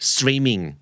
Streaming